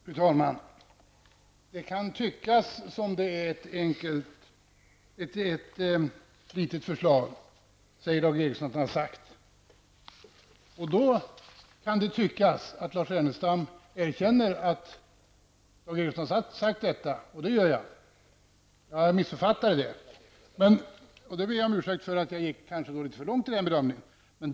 Fru talman! Det kan tyckas vara ett litet förslag, säger Dag Ericson att han har sagt. Då kan det tyckas att Lars Ernestam erkänner att Dag Ericson sagt detta -- och det gör jag; jag har missuppfattat det. Och jag ber om ursäkt för att jag nu kanske gick litet för långt i min bedömning.